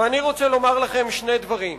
ואני רוצה לומר לכם שני דברים.